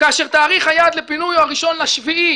כאשר תאריך היעד לפינוי הוא ה-1 ביולי,